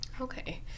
Okay